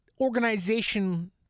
organization